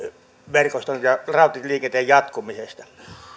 verkostosta ja rautatieliikenteen jatkumisesta